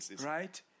right